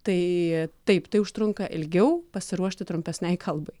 tai taip tai užtrunka ilgiau pasiruošti trumpesnei kalbai